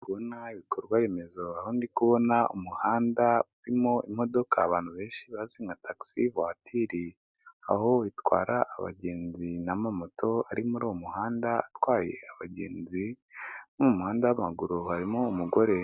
Ndi kubona ibikorwa remezo aho ndi kubona umuhanda birimo imodoka abantu benshi bazi nka tagisi vuwatire, aho bitwara abagenzi n'amamoto ari muri uwo muhanda atwaye abagenzi no mumuhanda w'amaguru harimo umugore.